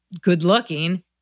good-looking